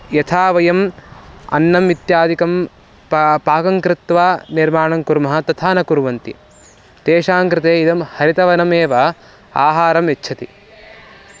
यथा वयम् अन्नम् इत्यादिकं पा पाकङ्कृत्वा निर्माणं कुर्मः तथा न कुर्वन्ति तेषाङ्कृते इदं हरितवनमेव आहारं यच्छति